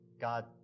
God